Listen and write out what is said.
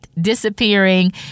disappearing